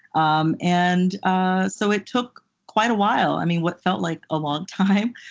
um and ah so it took quite a while. i mean, what felt like a long time,